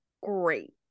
great